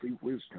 wisdom